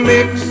Mix